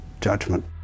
judgment